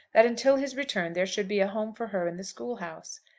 that until his return there should be a home for her in the school-house.